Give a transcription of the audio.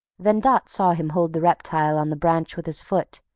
then dot saw him hold the reptile on the branch with his foot,